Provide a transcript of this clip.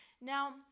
now